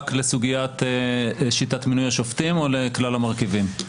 לסוגיית שיטת מינוי השופטים או לכלל המרכיבים?